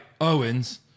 Owens